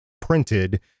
printed